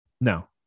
No